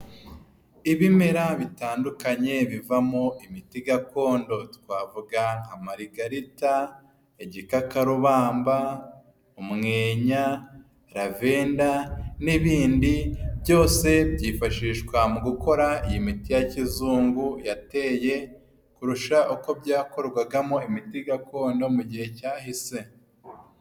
Ibimera bitandukanye bivamo imiti gakondo, twavuga nka marigarita, igikakarubamba, umweya, ravenda n'ibindi byose byifashishwa mu gukora iyi miti ya kizungu yateye kurusha, uko byakorwagamo imiti gakondo mu gihe cyahise.